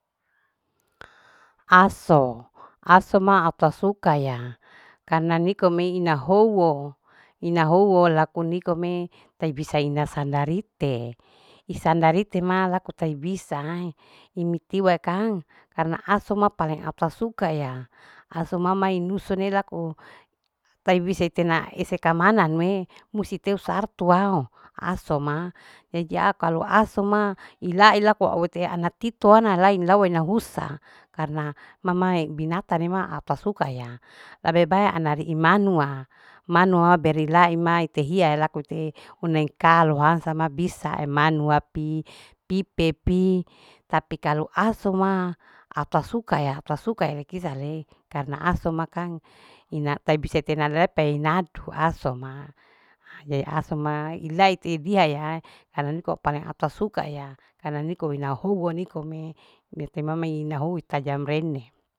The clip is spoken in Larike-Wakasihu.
Aso, aso ma au ta sukaya karna nikome ina howo, ina howo laku nikome tai bisa ina sandarite. isandaritema laku tai bisa itewe kang karna aso ma paling au sasukaya aso mama inuse lako taibise itena isekamanan nue musti teu sartu wow aso ma ejea kalo aso ma ilaila ko wete ana titoana ila ilai wainahusa karna mamae binatene ma au tasukaya labebae anari imanua. imanua berilai ima ite hiya elakute uneikaloansa ma bisa emanua pi. pipepi tapi kalu aso ma au tasukaya au tasukaya kisare, karna aso ma kang ina taibi setena lepei nadu aso ma ye aso ma ilai te diha ya karna niko paling au sasukaya karna nikowin ahowinokme merte mamayen hotajam mrene.